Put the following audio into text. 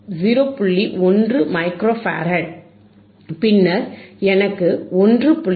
1 micro farad பின்னர் எனக்கு 1